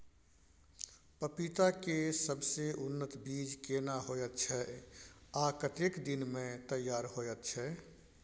पपीता के सबसे उन्नत बीज केना होयत छै, आ कतेक दिन में तैयार होयत छै?